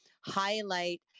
highlight